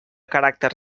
caràcter